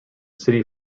city